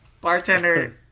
Bartender